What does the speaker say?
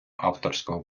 авторського